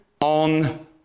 on